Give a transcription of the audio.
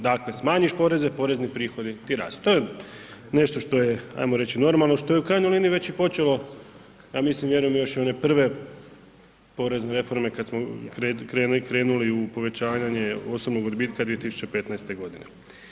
Dakle, smanjiš poreze, porezni prihodi ti rastu, to je nešto što je normalno, što je u krajnjoj liniji već i počelo ja mislim i vjerujem još one prve porezne reforme kada smo krenuli u povećanje osobnog odbitka 2015. godine.